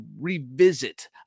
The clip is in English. revisit